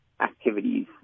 activities